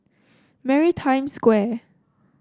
Maritime Square